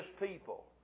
people